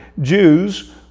Jews